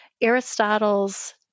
Aristotle's